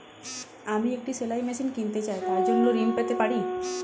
আমি একটি সেলাই মেশিন কিনতে চাই তার জন্য ঋণ পেতে পারি?